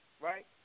right